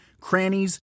crannies